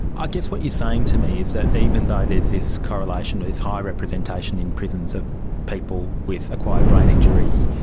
ah guess what you're saying to me is that even though there's this correlation or this high representation in prisons of people with acquired brain injury,